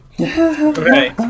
Okay